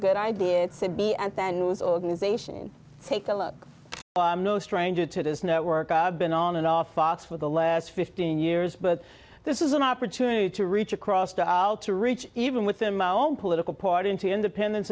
good idea to be and then news organization take a look no stranger to this network i've been on and off fox for the last fifteen years but this is an opportunity to reach across the aisle to reach even within my own political party into independen